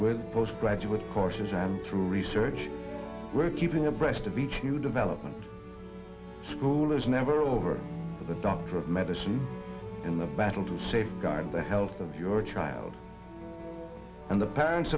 with post graduate courses and through research we're keeping abreast of each new development school is never over the doctor of medicine in the battle to safeguard the health of your child and the parents